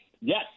Yes